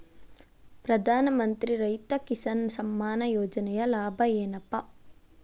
ಪ್ರಧಾನಮಂತ್ರಿ ರೈತ ಕಿಸಾನ್ ಸಮ್ಮಾನ ಯೋಜನೆಯ ಲಾಭ ಏನಪಾ?